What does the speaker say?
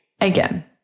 Again